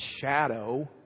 shadow